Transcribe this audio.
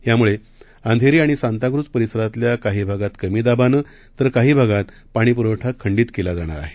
यामुळे अंधेरी आणि सांताक्रुझ परिसरातल्या काही भागांत कमी दाबानं तर काही भागात पाणीपुरवठा खंडित केला जाणार आहे